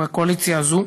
בקואליציה הזו.